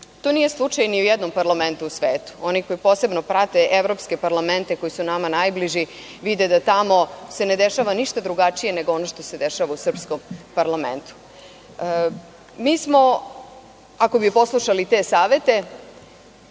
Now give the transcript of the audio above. To nije slučaj ni u jednom parlamentu u svetu. Oni koji posebno prate evropske parlamente koji su nama najbliži, vide da tamo se ne dešava ništa drugačije nego ono što se dešava u srpskom parlamentu. Ako bi poslušali te savete,